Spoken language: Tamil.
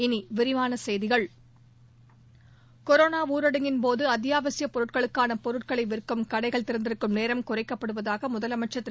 இனி விரிவான செய்திகள் கொரோனா ஊரடங்கின் போது அத்தியாவசியப் பொருட்களுக்கான பொருட்களை விற்கும் கடைகள் திறந்திருக்கும் நேரம் குறைக்கப்படுவதாக முதலமைச்சர் திரு